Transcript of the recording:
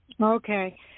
Okay